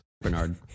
Bernard